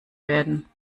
werden